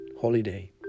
holiday